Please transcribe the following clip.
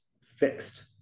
fixed